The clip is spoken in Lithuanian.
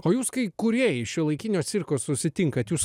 o jūs kai kūrėjai šiuolaikinio cirko susitinkat jūs